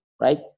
right